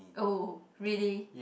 oh really